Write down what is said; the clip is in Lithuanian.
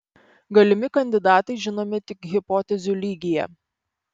galimi kandidatai žinomi tik hipotezių lygyje